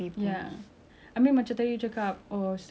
council you're the thing you're popular but